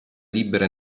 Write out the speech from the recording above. libero